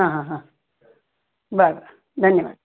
हा हा हा बरं बरं धन्यवाद